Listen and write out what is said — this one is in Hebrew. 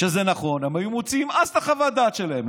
שזה נכון, הם היו מוציאים אז את חוות הדעת שלהם.